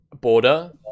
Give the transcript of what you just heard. border